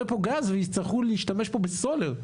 יהיה פה גז ויצטרכו להשתמש פה בסולר,